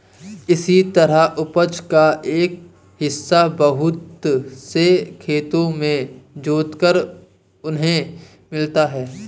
इसी तरह उपज का एक हिस्सा बहुत से खेतों को जोतकर इन्हें मिलता है